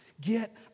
get